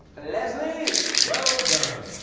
leslie? well done!